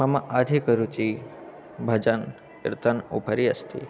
मम अधिकरुचिः भजनकिर्तनोपरि अस्ति